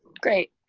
great,